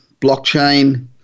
blockchain